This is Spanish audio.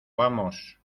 vamos